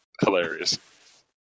hilarious